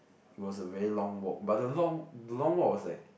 it was a very long walk but the long the long walk was like